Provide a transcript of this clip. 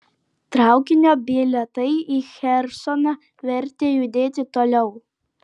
traukinio bilietai į chersoną vertė judėti toliau